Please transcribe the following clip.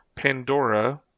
Pandora